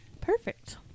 Perfect